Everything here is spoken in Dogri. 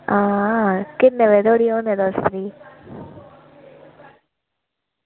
आं किन्ने बजे धोड़ी होने तुस भी